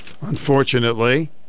Unfortunately